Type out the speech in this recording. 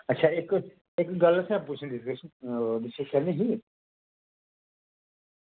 अच्छा इक इक गल्ल असें पुच्छनी डिसकिस करनी ही